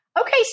Okay